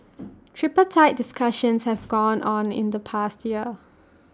tripartite discussions have gone on in the past year